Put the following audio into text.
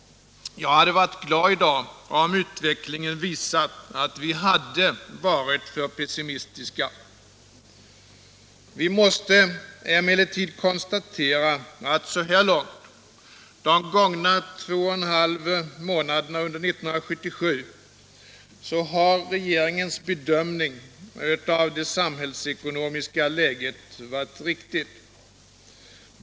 Jag hade varit glad i dag om utvecklingen visat att vi varit för pessimistiska. Vi måste emellertid konstatera att så här långt — de gångna två och en halv månaderna under 1977 — har regeringens bedömning av det samhällsekonomiska läget varit riktig.